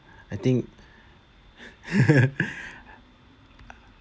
I think